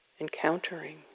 encountering